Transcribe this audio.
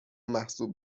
محسوب